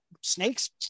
snakes